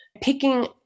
picking